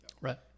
right